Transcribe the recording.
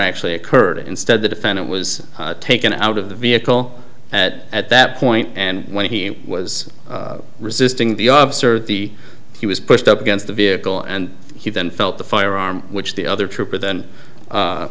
actually occurred instead the defendant was taken out of the vehicle at at that point and when he was resisting the officer the he was pushed up against the vehicle and he then felt the firearm which the other trooper then